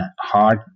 hard